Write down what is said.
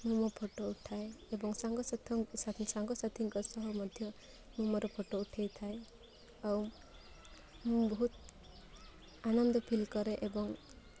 ମୁଁ ମୋ ଫଟୋ ଉଠାଏ ଏବଂ ସାଙ୍ଗସାଥୀଙ୍କ ସାଙ୍ଗସାଥୀଙ୍କ ସହ ମଧ୍ୟ ମୁଁ ମୋର ଫଟୋ ଉଠାଇଥାଏ ଆଉ ମୁଁ ବହୁତ ଆନନ୍ଦ ଫିଲ୍ କରେ ଏବଂ